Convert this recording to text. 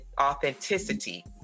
authenticity